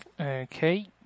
Okay